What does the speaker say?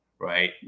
right